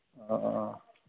ओ